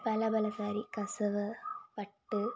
പല പല സാരി കസവ് പട്ട്